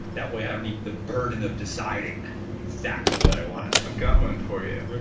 that way i don't need the burden of deciding exactly what i want i've got one for you.